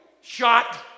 shot